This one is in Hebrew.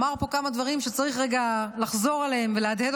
אמר פה כמה דברים שצריך רגע לחזור עליהם ולהדהד